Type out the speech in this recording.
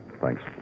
Thanks